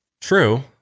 true